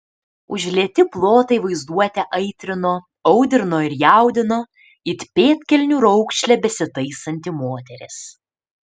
užlieti plotai vaizduotę aitrino audrino ir jaudino it pėdkelnių raukšlę besitaisanti moteris